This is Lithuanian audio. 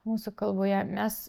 mūsų kalboje mes